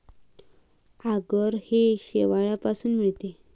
आगर हे शेवाळापासून मिळते